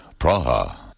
Praha